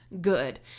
good